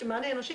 מענה אנושי,